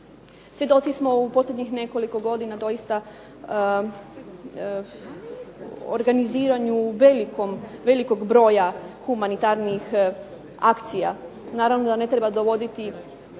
Svjedoci smo u posljednjih nekoliko godina doista organiziranju velikog broja humanitarnih akcija. Naravno da ne treba dovoditi